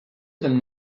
them